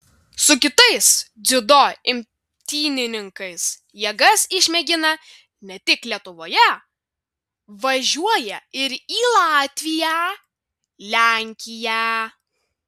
su kitais dziudo imtynininkais jėgas išmėgina ne tik lietuvoje važiuoja ir į latviją lenkiją